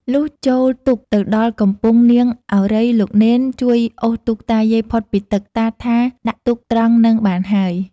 លុះចូលទូកទៅដល់កំពង់ នាងឱរ៉ៃ លោកនេន ជួយអូសទូកតាយាយផុតពីទឹក ។ តាថា ដាក់ទូកត្រង់ហ្នឹងបានហើយ" ។